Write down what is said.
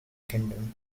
kingdom